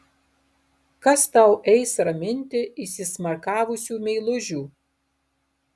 kas tau eis raminti įsismarkavusių meilužių